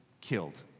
killed